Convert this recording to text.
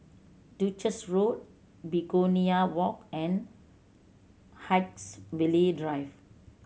Duchess Road Begonia Walk and Haigsville Drive